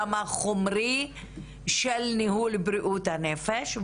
בעולם החומרי של ניהול בריאות הנפש.